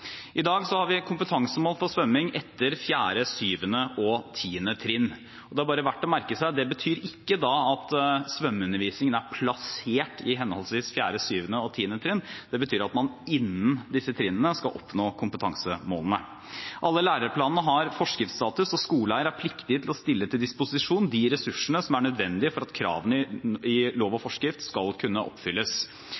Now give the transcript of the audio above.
I dag har vi kompetansemål for svømming etter 4., 7. og 10. trinn, men det er verdt å merke seg at det ikke betyr at svømmeundervisningen er plassert på henholdsvis 4., 7. og 10. trinn; det betyr at man innen disse trinnene skal oppnå kompetansemålene. Alle læreplanene har forskriftstatus, og skoleeierne er pliktige til å stille til disposisjon de ressursene som er nødvendige for at kravene i lov og